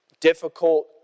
difficult